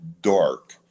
dark